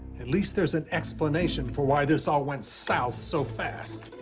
at least there's an explanation for why this all went south so fast.